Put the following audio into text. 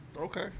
Okay